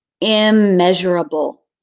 immeasurable